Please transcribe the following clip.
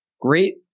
great